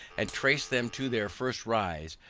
and trace them to their first rise,